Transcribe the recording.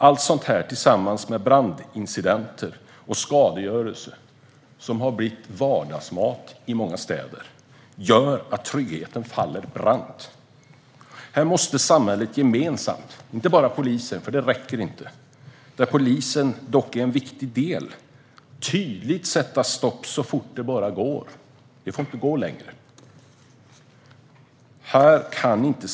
Allt detta tillsammans med brandincidenter och skadegörelse, som har blivit vardagsmat i många städer, gör att tryggheten faller brant. Här måste samhället gemensamt tydligt sätta stopp så fort det bara går. Det får inte fortsätta längre. Detta handlar inte bara om poliser, för det räcker inte. Polisen är dock en viktig del.